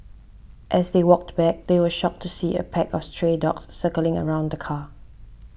as they walked back they were shocked to see a pack of stray dogs circling around the car